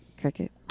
Cricket